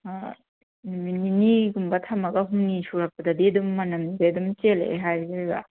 ꯅꯨꯃꯤꯠ ꯅꯤꯅꯤꯒꯨꯝꯕ ꯊꯝꯃꯒ ꯍꯨꯝꯅꯤ ꯁꯨꯔꯛꯄꯗꯗꯤ ꯑꯗꯨꯝ ꯃꯅꯝꯁꯦ ꯑꯗꯨꯝ ꯆꯦꯜꯂꯛꯑꯦ ꯍꯥꯏꯔꯤꯕ